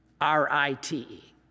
R-I-T-E